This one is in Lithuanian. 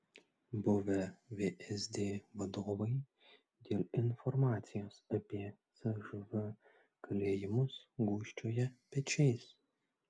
buvę vsd vadovai dėl informacijos apie cžv kalėjimus gūžčioja pečiais